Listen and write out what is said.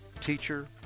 teacher